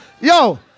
Yo